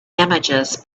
images